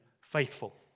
faithful